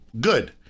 Good